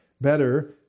better